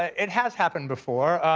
it has happened before.